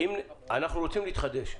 אנחנו רוצים להתחדש,